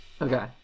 Okay